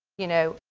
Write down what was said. you know,